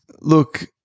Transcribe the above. look